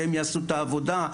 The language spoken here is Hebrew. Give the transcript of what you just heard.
שהם יעשו את העבודה,